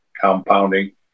compounding